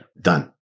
Done